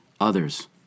Others